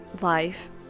life